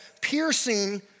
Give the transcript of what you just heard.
piercing